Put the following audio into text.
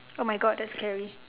oh my god that's scary